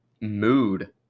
Mood